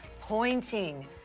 pointing